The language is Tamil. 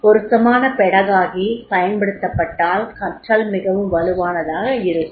பொருத்தமான பெடகாகி பயன்படுத்தப்பட்டால் கற்றல் மிகவும் வலுவானதாக இருக்கும்